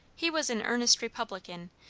he was an earnest republican,